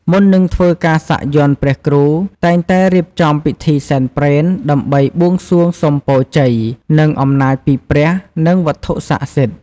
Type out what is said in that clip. មុននឹងធ្វើការសាក់យ័ន្តព្រះគ្រូ តែងតែរៀបចំ ពិធីសែនព្រេន ដើម្បីបួងសួងសុំពរជ័យ និងអំណាចពីព្រះ និងវត្ថុស័ក្តិសិទ្ធិ។